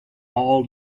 all